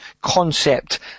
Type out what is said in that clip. concept